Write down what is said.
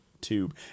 tube